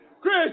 Chris